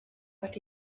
but